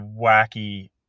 wacky